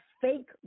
fake